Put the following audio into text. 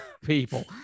people